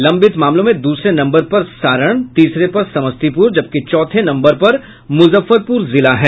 लंबित मामलों में दूसरे नम्बर पर सारण तीसरे पर समस्तीपुर जबकि चौथे नम्बर पर मुजफ्फरपुर जिला है